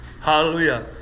Hallelujah